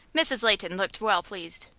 mrs. leighton looked well pleased.